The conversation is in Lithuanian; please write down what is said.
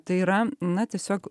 tai yra na tiesiog